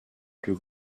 plus